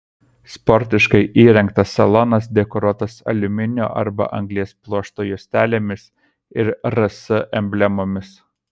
sportiškai įrengtas salonas dekoruotas aliuminio arba anglies pluošto juostelėmis ir rs emblemomis